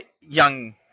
young